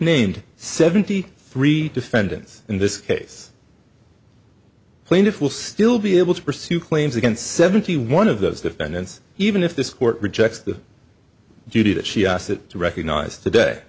named seventy three defendants in this case plaintiff will still be able to pursue claims against seventy one of those defendants even if this court rejects the duty that she asked it to recognize today